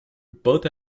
both